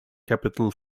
capital